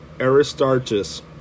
Aristarchus